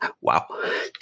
Wow